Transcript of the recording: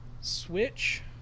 switch